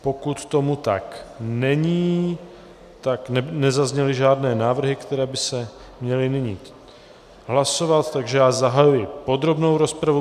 Pokud tomu tak není, nezazněly žádné návrhy, které by se měly nyní hlasovat, takže zahajuji podrobnou rozpravu.